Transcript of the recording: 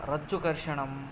रज्जुकर्षणम्